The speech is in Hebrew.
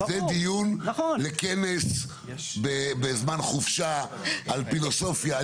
זה דיון לכנס בזמן חופשה, על פילוסופיה.